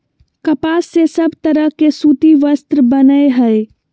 कपास से सब तरह के सूती वस्त्र बनय हय